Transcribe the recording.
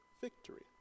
victory